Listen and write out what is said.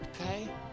Okay